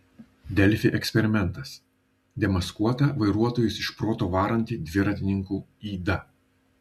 delfi eksperimentas demaskuota vairuotojus iš proto varanti dviratininkų yda